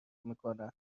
میکنه